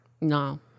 No